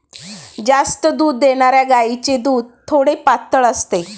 जास्त दूध देणाऱ्या गायीचे दूध थोडे पातळ असते